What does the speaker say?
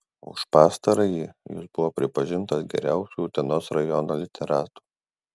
už pastarąjį jis buvo pripažintas geriausiu utenos rajono literatu